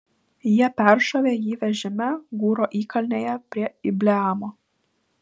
jie peršovė jį vežime gūro įkalnėje prie ibleamo